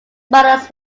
models